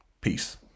Peace